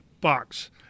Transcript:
box